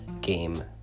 game